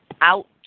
out